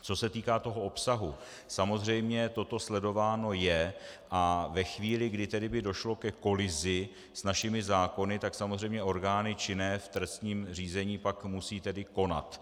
Co se týká toho obsahu, samozřejmě, toto sledováno je a ve chvíli, kdy by tedy došlo ke kolizi s našimi zákony, tak samozřejmě orgány činné v trestním řízení pak musí konat.